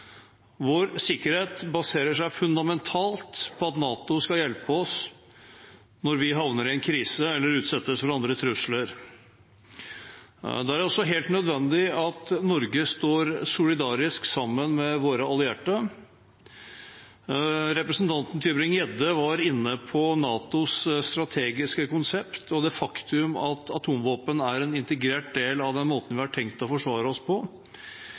Vår sikkerhet baserer seg fundamentalt på at NATO skal hjelpe oss hvis vi havner i en krise eller utsettes for andre trusler. Det er også helt nødvendig at Norge står solidarisk sammen med sine allierte. Representanten Tybring-Gjedde var inne på NATOs strategiske konsept og det faktum at atomvåpen er en integrert del av måten vi har tenkt å forsvare oss på.